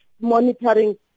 monitoring